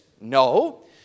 No